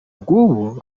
rw’ubu